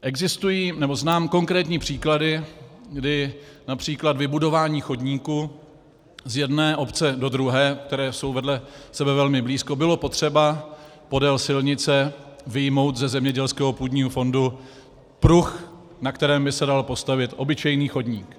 Existují, nebo znám konkrétní příklady, kdy například k vybudování chodníku z jedné obce do druhé, které jsou vedle sebe velmi blízko, bylo potřeba podél silnice vyjmout ze zemědělského půdního fondu pruh, na kterém by se dal postavit obyčejný chodník.